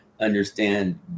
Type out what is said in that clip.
understand